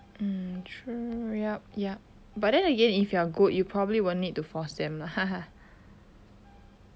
mm true yup yup but then again if you are good you probably won't need to force them lah haha